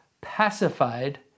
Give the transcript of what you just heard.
pacified